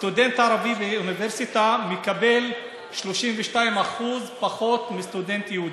סטודנט ערבי באוניברסיטה מקבל 32% פחות מסטודנט יהודי.